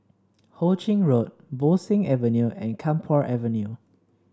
Ho Ching Road Bo Seng Avenue and Camphor Avenue